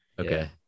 Okay